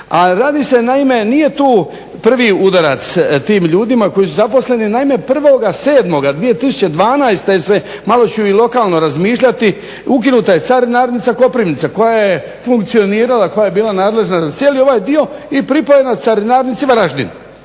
radi se naime, nije tu prvi udarac tim ljudima koji su zaposleni, naime 1.7. 2012. se, malo ću i lokalno razmišljati, ukinuta je Carinarnica Koprivnica koja je funkcionirala, koja je bila nadležna za cijeli ovaj dio i pripojena Carinarnici Varaždin.